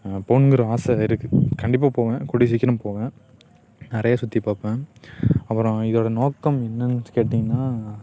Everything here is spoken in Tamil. போகணும்கற ஆசை இருக்குது கண்டிப்பாக போவேன் கூடிய சீக்கிரம் போவேன் நிறையா சுற்றி பார்ப்பேன் அப்புறோம் இதோடு நோக்கம் என்னன்னு கேட்டிங்கனால்